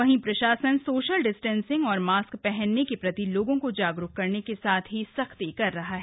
वहीं प्रशासन social distancing और मास्क पहनने के प्रति लोगों को जागरूक करने के साथ ही सख्ती कर रहा है